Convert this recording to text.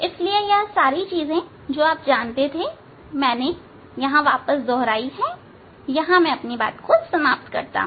इसीलिए यह सारी चीजें जो आप जानते थे मैंने सिर्फ दोहराई हैं यहां मैं समाप्त करता हूं